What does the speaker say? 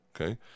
okay